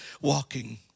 walking